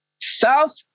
South